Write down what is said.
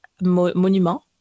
monuments